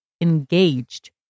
engaged